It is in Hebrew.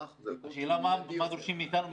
השאלה היא מה דורשים איתנו ביוון.